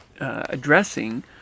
addressing